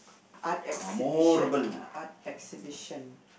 art exhibition ah art exhibition